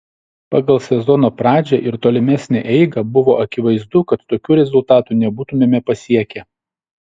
pagal sezono pradžią ir tolimesnę eigą buvo akivaizdu kad tokių rezultatų nebūtumėme pasiekę